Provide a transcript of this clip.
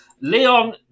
Leon